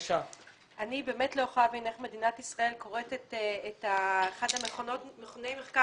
אני באמת לא יכולה להבין איך מדינת ישראל כורתת את אחד ממכוני המחקר